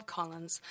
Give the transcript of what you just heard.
Collins